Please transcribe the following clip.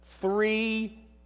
three